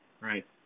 Right